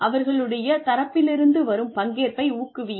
அவர்களுடைய தரப்பிலிருந்து வரும் பங்கேற்பை ஊக்குவியுங்கள்